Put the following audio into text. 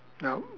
no